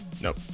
Nope